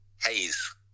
haze